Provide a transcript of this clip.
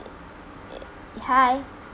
hi